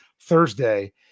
Thursday